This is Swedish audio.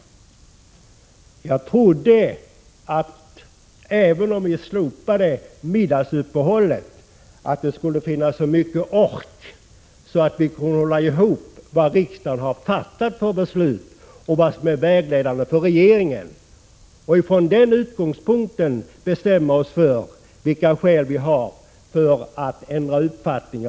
Jag trodde att även om vi slopade middagsuppehållet skulle det finnas så mycken ork kvar att vi kunde hålla reda på vad det är för beslut som riksdagen har fattat och vad som är vägledande för regeringen samt från den utgångspunkten bestämma oss för vilka skäl vi kan ha att ändra uppfattning.